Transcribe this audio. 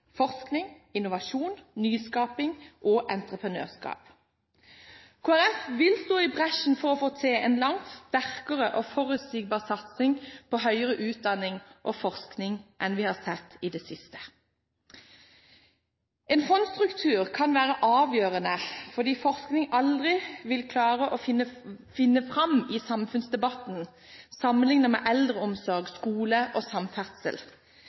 forskning, innovasjon, nyskaping og entreprenørskap. Kristelig Folkeparti vil stå i bresjen for å få til en langt sterkere og forutsigbar satsing på høyere utdanning og forskning enn det vi har sett i det siste. En fondsstruktur kan være avgjørende, fordi forskning aldri vil klare å vinne fram i samfunnsdebatten sammenlignet med eldreomsorg, skole og samferdsel.